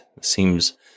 seems